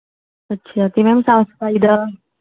ਅੱਛਿਆ ਅਤੇ ਮੈਮ ਸਾਫ ਸਫ਼ਾਈ ਦਾ